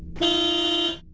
he